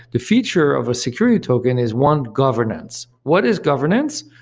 the feature of a security token is one governance. what is governance?